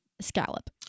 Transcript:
Scallop